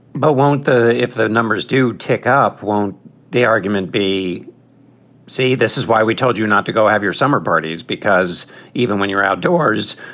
but won't the if the numbers do tick up, won't the argument be see, this is why we told you not to go have your summer birdies, because even when you're outdoors,